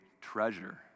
treasure